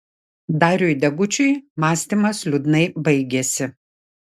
dariui degučiui mąstymas liūdnai baigėsi